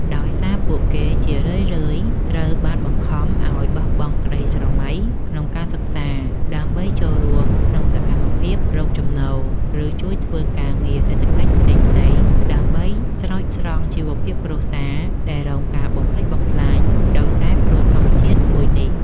ដោយសារពួកគេជារឿយៗត្រូវបានបង្ខំឱ្យបោះបង់ក្ដីស្រមៃក្នុងការសិក្សា ដើម្បីចូលរួមក្នុងសកម្មភាពរកចំណូល ឬជួយធ្វើការងារសេដ្ឋកិច្ចផ្សេងៗដើម្បីស្រោចស្រង់ជីវភាពគ្រួសារដែលរងការបំផ្លិចបំផ្លាញដោយសារគ្រោះធម្មជាតិមួយនេះ។